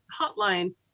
hotline